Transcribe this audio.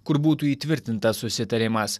kur būtų įtvirtintas susitarimas